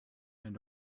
and